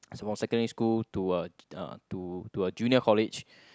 so from secondary school to a uh to to a Junior College